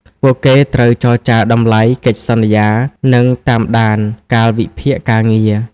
ពួកគេត្រូវចរចារតម្លៃ កិច្ចសន្យា និងតាមដានកាលវិភាគការងារ។